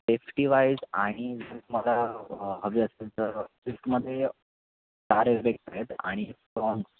safetywise आणि जर मला हवी असेल तर स्विफ्टमध्ये चार आणि स्ट्राँग